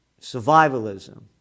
survivalism